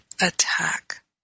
attack